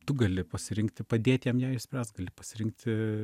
tu gali pasirinkti padėt jam ją išspręst gali pasirinkti